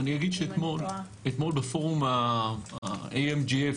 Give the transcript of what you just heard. אני אגיד שאתמול בפורום ה-AMGF,